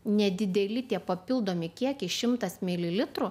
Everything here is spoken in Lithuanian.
nedideli tie papildomi kiekiai šimtas mililitrų